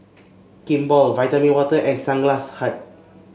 Kimball Vitamin Water and Sunglass Hut